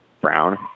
Brown